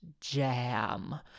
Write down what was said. jam